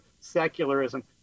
secularism